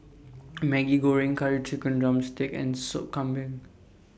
Maggi Goreng Curry Chicken Drumstick and Sup Kambing